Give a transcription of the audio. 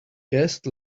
guest